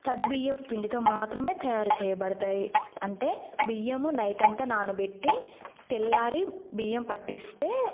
తడి బియ్యపు పిండితో మాత్రమే తయారుచేయబడతాయి అంటే బియ్యము నైట్ అంతా నానబెట్టి తెల్లారి బియ్యం పట్టిస్తే